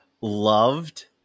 loved